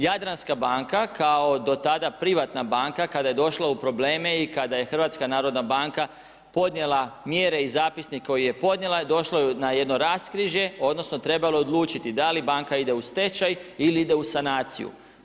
Jadranska banka kao do tada privatna banka kada je došla u probleme i kada je HNB podnijela mjere i zapisnike koje je podnijela je došla na jedno raskrižje odnosno trebalo je odlučiti da li banka ide u stečaj ili ide u sanaciju.